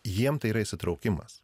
jiem tai yra įsitraukimas